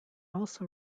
also